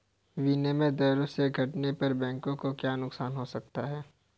विनिमय दरों के घटने पर बैंकों को क्या नुकसान हो सकते हैं?